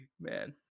man